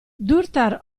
durtar